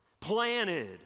planted